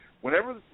Whenever